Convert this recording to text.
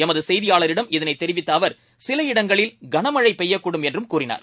எமதுசெய்தியாளரிடம் இதனைதெரிவித்தஅவர் சில இடங்களில் கனமழைபெய்யக்கூடும் என்றும் கூறினார்